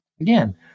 again